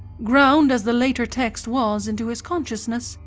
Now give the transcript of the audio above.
ground as the later text was into his consciousness,